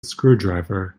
screwdriver